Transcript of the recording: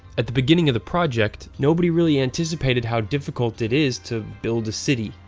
at the beginning of the project, nobody really anticipated how difficult it is to build a city.